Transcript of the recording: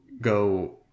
go